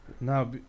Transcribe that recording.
Now